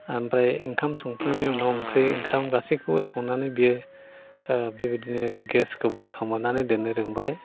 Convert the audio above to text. ओमफ्राय ओंखाम संखांनाय उनाव ओंख्रि ओंखाम गासैखौबो संनानै बियो बेबायदिनो गेसखौबो खोमोरनानै दोन्नो रोंबाय